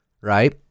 right